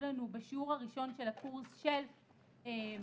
לנו בשיעור הראשון של הקורס של "המתמחה"